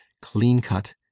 clean-cut